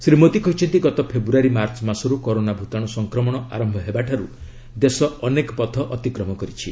ଶ୍ରୀ ମୋଦୀ କହିଛନ୍ତି ଗତ ଫେବୃୟାରୀ ମାର୍ଚ୍ଚ ମାସରୁ କରୋନା ଭୂତାଣୁ ସଂକ୍ରମଣ ଆରମ୍ଭ ହେବାଠାରୁ ଦେଶ ଅନେକ ପଥ ଅତିକ୍ରମ କରିଛି